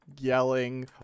yelling